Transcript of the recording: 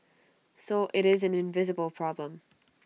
so IT is an invisible problem